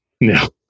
No